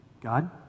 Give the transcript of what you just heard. God